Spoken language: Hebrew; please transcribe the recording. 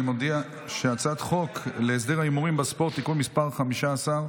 אני מודיע שחוק להסדר ההימורים בספורט (תיקון מס' 15),